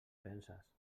penses